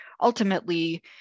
ultimately